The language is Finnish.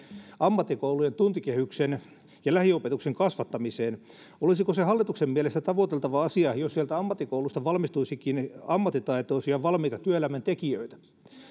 ammattikoulujen tuntikehyksen ja lähiopetuksen kasvattamiseen olisiko se hallituksen mielestä tavoiteltava asia jos sieltä ammattikoulusta valmistuisikin ammattitaitoisia valmiita työelämän tekijöitä